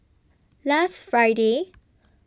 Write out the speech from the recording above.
last Friday